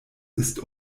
ist